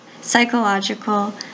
psychological